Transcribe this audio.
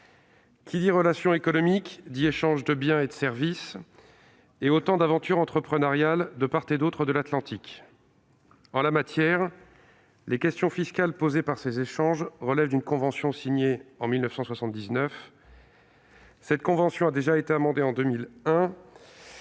Qui dit relations économiques dit échanges de biens et de services et autant d'aventures entrepreneuriales de part et d'autre de l'Atlantique. Les questions fiscales posées par ces échanges relèvent d'une convention signée en 1979. Cette convention, déjà amendée en 2001,